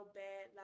bad